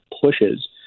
pushes